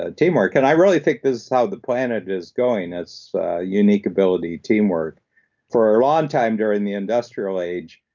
ah teamwork and i really think this is how the planet is going, is ah unique ability teamwork for a long time during the industrial age,